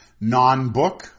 Non-book